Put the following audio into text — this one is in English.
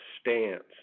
stance